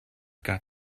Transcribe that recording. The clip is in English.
got